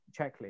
checklist